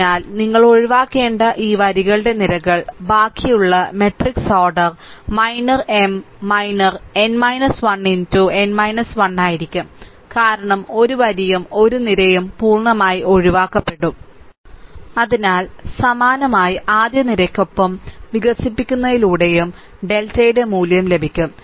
അതിനാൽ നിങ്ങൾ ഒഴിവാക്കേണ്ട ഈ വരികളുടെ നിരകൾ ബാക്കിയുള്ള matrix order minor M minor n 1 n 1 ആയിരിക്കും കാരണം ഒരു വരിയും ഒരു നിരയും പൂർണ്ണമായും ഒഴിവാക്കപ്പെടും അതിനാൽ സമാനമായി ആദ്യ നിരയ്ക്കൊപ്പം വികസിപ്പിക്കുന്നതിലൂടെയും ഡെൽറ്റയുടെ മൂല്യം ലഭിക്കും